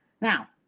Now